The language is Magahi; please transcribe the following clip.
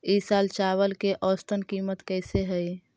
ई साल चावल के औसतन कीमत कैसे हई?